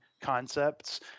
concepts